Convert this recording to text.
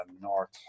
North